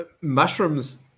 Mushrooms